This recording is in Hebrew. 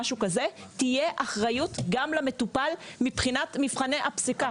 תהיה אחריות גם למטופל מבחינת מבחני הפסיקה.